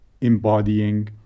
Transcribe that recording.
embodying